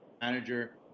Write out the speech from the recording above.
manager